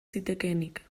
zitekeenik